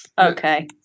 Okay